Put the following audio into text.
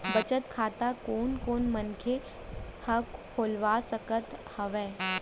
बचत खाता कोन कोन मनखे ह खोलवा सकत हवे?